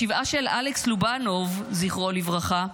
בשבעה של אלכס לובנוב, זכרו לברכה,